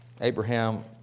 Abraham